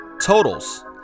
totals